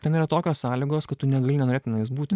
ten yra tokios sąlygos kad tu negali nenorėt tenais būt